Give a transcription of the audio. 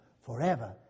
forever